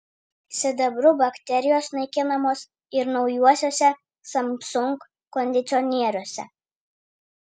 sidabru bakterijos naikinamos ir naujuosiuose samsung kondicionieriuose